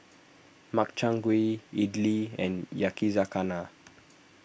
Makchang Gui Idili and Yakizakana